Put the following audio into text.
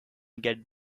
get